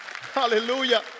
Hallelujah